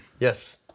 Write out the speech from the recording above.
Yes